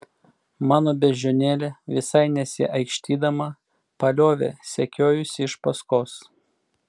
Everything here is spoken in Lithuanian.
mano beždžionėlė visai nesiaikštydama paliovė sekiojusi iš paskos